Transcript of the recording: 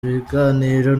biganiro